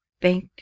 bank